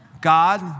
God